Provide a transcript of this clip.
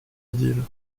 idylle